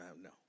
No